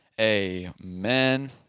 amen